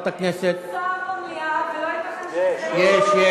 סליחה, אין שר במליאה, ולא ייתכן, יש.